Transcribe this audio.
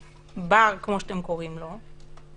בבר, כמו שאתם קוראים לו.